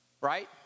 Right